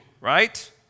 right